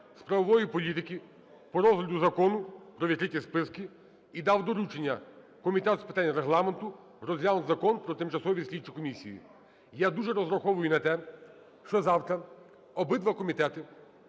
з правової політики по розгляду Закону про відкриті списки і дав доручення Комітету з питань Регламенту розглянути Закон про тимчасові слідчі комісії. Я дуже розраховую на те, що завтра обидва комітети